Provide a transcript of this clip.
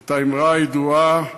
את האמרה הידועה,